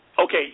Okay